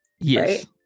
Yes